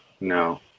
no